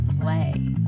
play